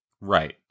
Right